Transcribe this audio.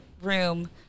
room